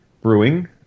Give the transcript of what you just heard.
Brewing